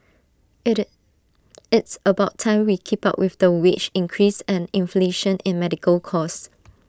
IT it's about time we keep up with the wage increase and inflation in medical cost